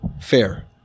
fair